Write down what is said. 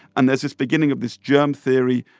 and there's this beginning of this germ theory.